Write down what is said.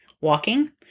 walking